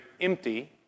empty